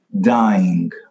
dying